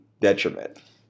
detriment